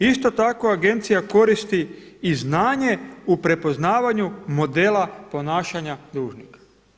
Isto tako agencija koristi i znanje u prepoznavanju modela ponašanja dužnika.